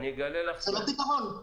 זה לא פתרון.